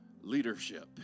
leadership